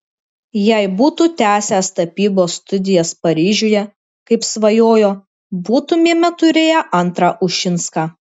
jei būtų tęsęs tapybos studijas paryžiuje kaip svajojo būtumėme turėję antrą ušinską